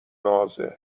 نازه